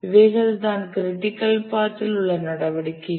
இவைகள்தான் critical path இல் உள்ள நடவடிக்கைகள்